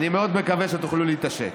אני מאוד מקווה שתוכלו להתעשת.